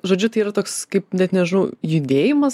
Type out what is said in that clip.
žodžiu tai yra toks kaip net nežinau judėjimas